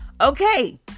Okay